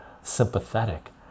sympathetic